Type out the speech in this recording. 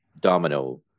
domino